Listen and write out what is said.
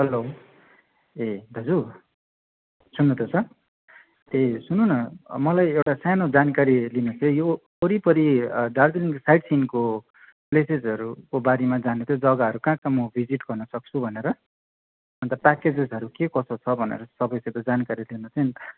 hello ए दाजु सुन्नुहुँदैछ ए सुन्नु न मलाई एउटा सानो जानकारी लिनु चाहिँ यो वरिपरि दार्जिलिङको साइट सिनको प्लेसेसहरूको बारेमा जान्नु थियो जग्गाहरू काहाँ कहाँ म भिजिट गर्नु सक्छु भनेर अन्त प्याकेजेसहरू के कसो छ भनेर तपाईँसित जानकारी लिनु थियो अनि